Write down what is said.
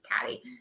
caddy